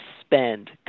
spend